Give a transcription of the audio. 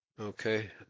Okay